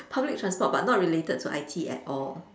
public transport but not related to I_T at all